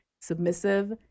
submissive